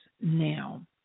now